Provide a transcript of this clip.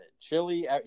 Chili